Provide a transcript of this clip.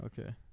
Okay